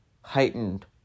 heightened